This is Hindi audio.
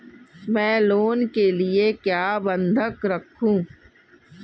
मैं लोन के लिए क्या बंधक रखूं?